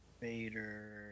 Vader